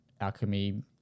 alchemy